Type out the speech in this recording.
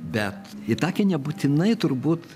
bet itakė nebūtinai turbūt